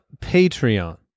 patreon